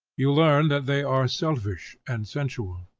you learn that they are selfish and sensual.